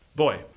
Boy